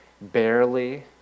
barely